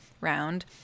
round